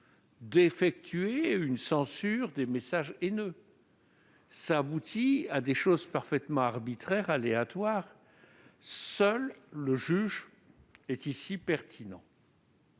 d'effectuer une censure des messages haineux. Cela a abouti à des choses parfaitement arbitraires, aléatoires. J'y insiste, seul le juge est ici pertinent.